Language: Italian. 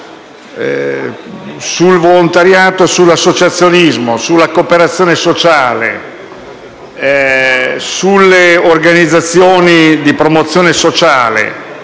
Sul volontariato e sull'associazionismo, sulla cooperazione sociale, sulle organizzazioni di promozione sociale